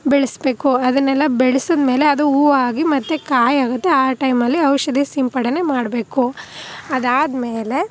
ಬೆಳೆಸ್ಬೇಕು ಅದನ್ನೆಲ್ಲ ಬೆಳೆಸಿದ್ಮೇಲೆ ಅದು ಹೂವಾಗಿ ಮತ್ತೆ ಕಾಯಿಯಾಗುತ್ತೆ ಆ ಟೈಮಲ್ಲಿ ಔಷಧಿ ಸಿಂಪಡನೆ ಮಾಡಬೇಕು ಅದಾದ್ಮೇಲೆ